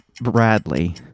Bradley